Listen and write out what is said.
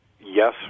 yes